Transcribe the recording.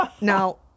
Now